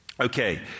Okay